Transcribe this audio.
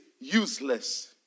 useless